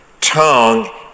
tongue